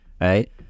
Right